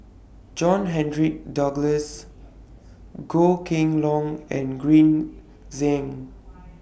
John Henry Duclos Goh Kheng Long and Green Zeng